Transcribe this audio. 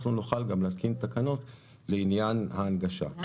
אנחנו נוכל גם להתקין תקנות לעניין ההנגשה.